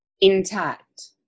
intact